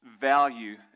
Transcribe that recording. value